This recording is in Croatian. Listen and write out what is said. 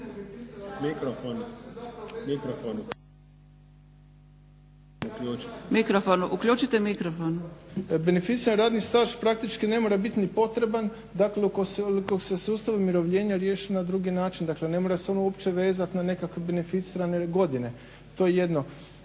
Hvala. … /Govornik nije uključen./ … beneficirani radni staž praktički ne mora biti ni potreban dakle ukoliko se sustav umirovljenja riješi na drugi način, dakle ne mora se ono uopće vezati na nekakav beneficirane godine. to je jedno.